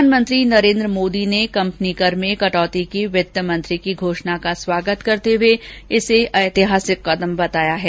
प्रधानमंत्री नरेन्द्र मोदी ने कंपनी कर में कटौती की वित्त मंत्री की घोषणा का स्वागत करते हुए इसे ऐतिहासिक कदम बताया है